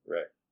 Right